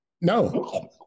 No